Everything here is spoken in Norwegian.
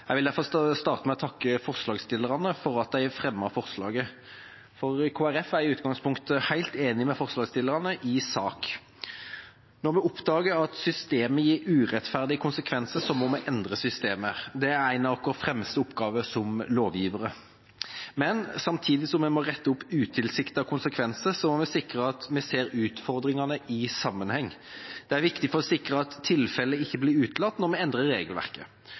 i utgangspunktet helt enig med forslagsstillerne i sak. Når vi oppdager at systemet gir urettferdige konsekvenser, må vi endre systemet. Det er en av våre fremste oppgaver som lovgivere. Samtidig som vi må rette opp utilsiktede konsekvenser, må vi sikre at vi ser utfordringene i sammenheng. Det er viktig for å sikre at tilfeller ikke blir utelatt når vi endrer regelverket.